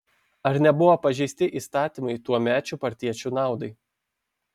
ar nebuvo pažeisti įstatymai tuomečių partiečių naudai